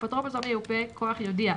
אפוטרופוס או מיופה כוח יודיע,